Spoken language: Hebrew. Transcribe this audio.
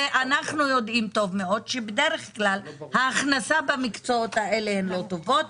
ואנחנו יודעים טוב מאוד שבדרך כלל ההכנסה במקצועות האלה היא לא טובה.